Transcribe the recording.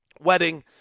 wedding